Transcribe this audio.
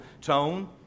tone